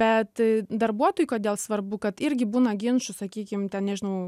bet darbuotojui kodėl svarbu kad irgi būna ginčų sakykim ten nežinau